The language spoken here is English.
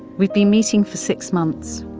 we've been meeting for six months.